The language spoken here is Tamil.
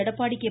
எடப்பாடி கே